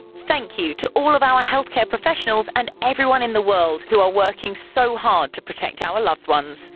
thank you to all of our healthcare professionals and everyone in the world who are working so hard to protect our loved ones.